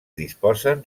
disposen